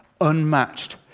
unmatched